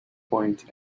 point